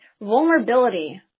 vulnerability